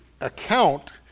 account